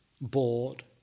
bored